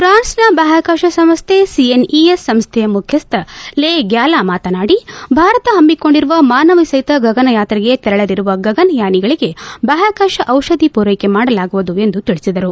ಪ್ರಾನ್ಸ್ನ ಭಾಹ್ವಾಕಾಶ ಸಂಸ್ಥೆ ಸಿಎನ್ಇಎಸ್ ಸಂಸ್ಥೆಯ ಮುಖ್ಯಸ್ವ ಲೇ ಗ್ಯಾಲಾ ಮಾತನಾಡಿ ಭಾರತ ಪಮ್ಮಿಕೊಂಡಿರುವ ಮಾನವ ಸಹಿತ ಗಗನಯಾತ್ರೆಗೆ ತೆರಳಲಿರುವ ಗಗನಯಾನಿಗಳಿಗೆ ಭಾಷ್ಕಕಾಶ ದಿಷಧಿ ಪೂರೈಕೆ ಮಾಡಲಾಗುವುದು ಎಂದು ತಿಳಿಸಿದರು